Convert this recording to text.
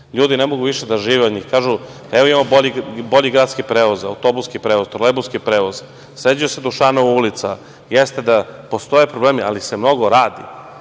Ljudi ne mogu više da žive od njih. Kažu – evo, imamo bolji gradski prevoz, autobuski prevoz, trolejbuski prevoz. Sređuje se Dušanova ulica. Jeste da postoje problemi, ali se mnogo radi.